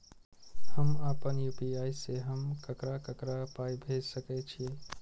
हम आपन यू.पी.आई से हम ककरा ककरा पाय भेज सकै छीयै?